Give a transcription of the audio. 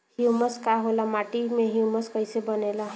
Humus का होला माटी मे ह्यूमस कइसे बनेला?